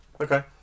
Okay